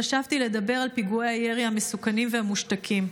חשבתי לדבר על פיגועי הירי המסוכנים והמושתקים.